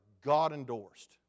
God-endorsed